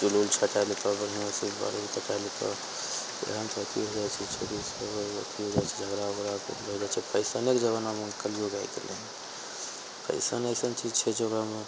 चुल उल छटाय लेतऽ बढ़िआँसँ बाल उल कटाय लेतऽ तहन तऽ अथी होइ जाइ छै छौरी सब अथी होइ जाइ छै झगड़ा उगरा तऽ लोग जाइ छै फैशनेके जमानामे कलयुग आइ गेलय फैशन अइसन चीज छै जे ओकरामे